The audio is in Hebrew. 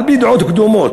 על-פי דעות קדומות,